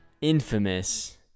infamous